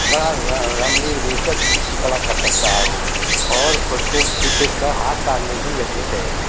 बड़ा रमणीय रोचक कला कर सकता है वो और उसको विशेषकर हाथ साधने कि जरुरत है